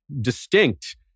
distinct